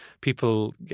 people